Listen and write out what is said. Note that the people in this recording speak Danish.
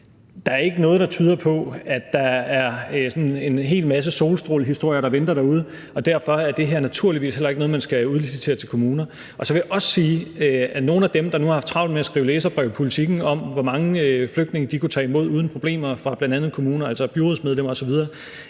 Der er ikke noget, der tyder på, at der er sådan en hel masse solstrålehistorier, der venter derude, og derfor er det her naturligvis heller ikke noget, man skal udlicitere til kommuner. Så vil jeg også sige, at nogle af dem, der nu har haft travlt med at skrive læserbreve i Politiken om, hvor mange flygtninge de kunne tage imod uden problemer, fra bl.a. kommuner, altså byrådsmedlemmer osv.,